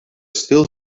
still